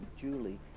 Julie